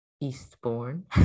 Eastbourne